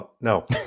No